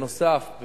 נוסף על כך,